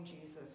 Jesus